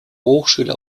hochschule